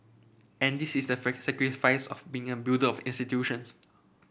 and this is the sacrifice of being a builder of institutions